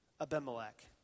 Abimelech